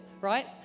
Right